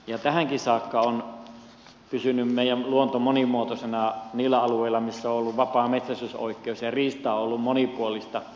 tähänkin saakka on pysynyt meidän luonto monimuotoisena niillä alueilla missä on ollut vapaa metsästysoikeus ja riista on ollut monipuolista